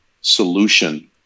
solution